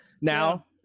now